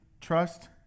trust